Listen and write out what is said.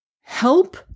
help